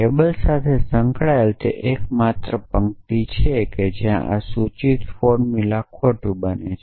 table સાથે સંકળાયેલી તે એકમાત્ર પંક્તિ છે જ્યાં આ સૂચિત ફોર્મુલા ખોટું બને છે